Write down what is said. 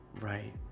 Right